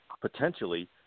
potentially